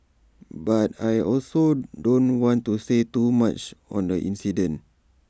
but I also don't want to say too much on the incident